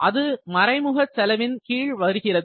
அது மறைமுக செலவின் கீழ் வருகிறது